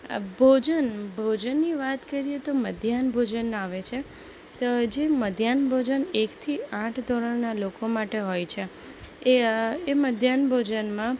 ભોજન ભોજનની વાત કરીએ તો મધ્યાહન ભોજન આવે છે જે મધ્યાહન ભોજન એક થી આઠ ધોરણનાં લોકો માટે હોય છે એ મધ્યાહન ભોજનમાં